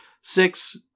six